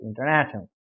international